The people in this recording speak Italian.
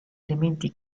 elementi